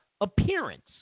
appearance